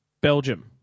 Belgium